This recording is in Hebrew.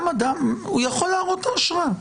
יכול להראות את האשרה.